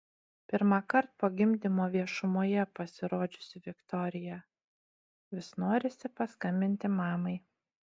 pirmąkart po gimdymo viešumoje pasirodžiusi viktorija vis norisi paskambinti mamai